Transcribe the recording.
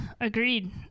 agreed